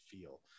feel